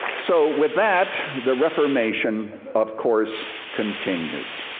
so with that the reformation, of course, continues.